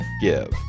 give